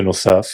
בנוסף,